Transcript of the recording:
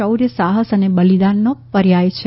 શૌર્ય સાહસ અને બલિદાનનો પર્યાય છે